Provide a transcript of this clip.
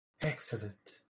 Excellent